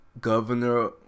Governor